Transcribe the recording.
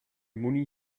money